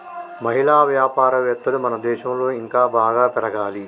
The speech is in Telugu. మహిళా వ్యాపారవేత్తలు మన దేశంలో ఇంకా బాగా పెరగాలి